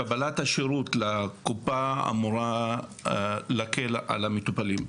קבלת השירות בקופה אמורה להקל על המטופלים.